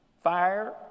Fire